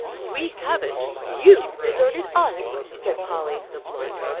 we haven't. you deserted us, said polly the blunt.